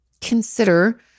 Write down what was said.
consider